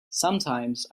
sometimes